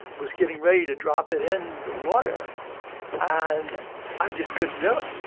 was getting ready to drop it in the water and i just couldn't do it.